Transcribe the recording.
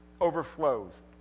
overflows